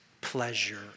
pleasure